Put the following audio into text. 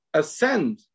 ascend